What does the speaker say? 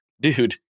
Dude